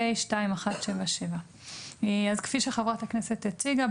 פ/ 2177 כפי שחברת הכנסת הציגה,